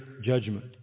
judgment